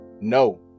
No